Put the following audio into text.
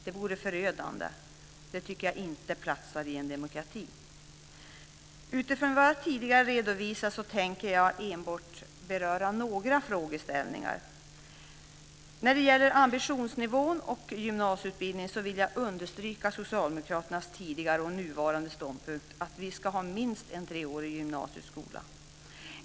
Det vore förödande, och det platsar inte i en demokrati. Utifrån vad jag tidigare har redovisat tänker jag beröra enbart några frågeställningar. När det gäller ambitionsnivån i gymnasieutbildningen vill jag understryka Socialdemokraternas tidigare och nuvarande ståndpunkt att det ska vara minst en treårig gymnasieskola.